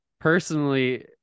personally